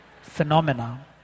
phenomena